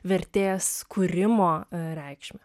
vertės kūrimo reikšmę